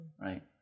Right